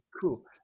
Cool